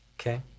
Okay